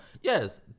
Yes